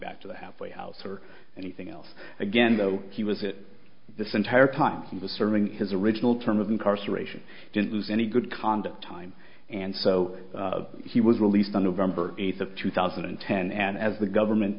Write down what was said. back to the halfway house or anything else again though he was hit this entire time he was serving his original term of incarceration didn't lose any good conduct time and so he was released on november eighth of two thousand and ten and as the government